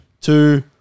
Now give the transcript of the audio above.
two